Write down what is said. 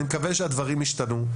אני מקווה שהדברים ישתנו.